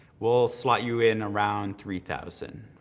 we'll slot you in around three thousand.